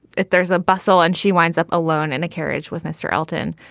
if there's a bustle. and she winds up alone in a carriage with mr elton,